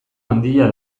handia